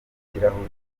ikirahuri